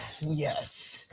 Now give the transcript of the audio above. yes